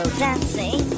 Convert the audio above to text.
dancing